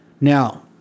Now